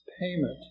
payment